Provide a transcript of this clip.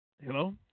Hello